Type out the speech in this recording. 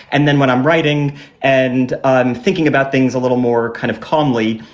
and then when i'm writing and and thinking about things a little more, kind of calmly,